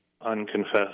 unconfessed